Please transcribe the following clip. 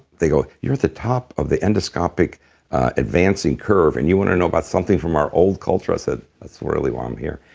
they go, you're the top of the endoscopic advancing curve and you want to know about something from our old culture? i said, that's really why i'm here.